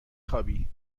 خوابی